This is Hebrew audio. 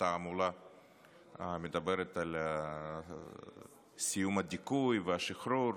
התעמולה מדברת על סיום הדיכוי והשחרור.